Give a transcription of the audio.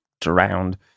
drowned